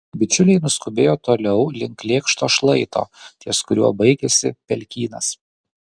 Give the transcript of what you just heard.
bičiuliai nuskubėjo toliau link lėkšto šlaito ties kuriuo baigėsi pelkynas